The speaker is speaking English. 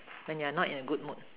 when you are not in a good mood